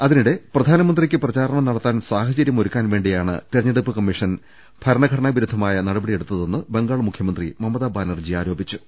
അതിനിടെ പ്രധാനമന്ത്രിക്ക് പ്രചാരണം നടത്താൻ സാഹചര്യമൊ രുക്കാൻ വേണ്ടിയാണ് തെരഞ്ഞെടുപ്പ് കമ്മീഷൻ ഭരണഘടനാ വിരുദ്ധമായ നടപടിയെടുത്തതെന്ന് ബംഗാൾ മുഖ്യമന്ത്രി മമതാ ബാനർജി ആരോപിച്ചു